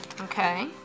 Okay